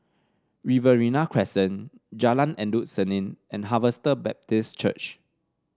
Riverina Crescent Jalan Endut Senin and Harvester Baptist Church